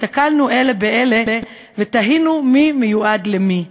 הסתכלנו אלה באלה ותהינו מי מיועד למי.